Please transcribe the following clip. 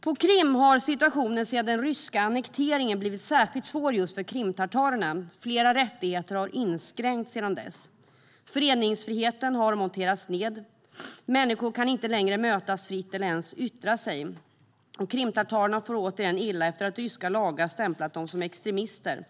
På Krim har situationen sedan den ryska annekteringen blivit särskilt svår för just krimtatarerna. Flera rättigheter har inskränkts sedan dess. Föreningsfriheten har monterats ned - människor kan inte längre mötas fritt eller ens yttra sig. Krimtatarerna far återigen illa efter att ryska lagar stämplat dem som extremister.